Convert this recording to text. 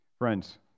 Friends